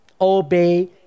Obey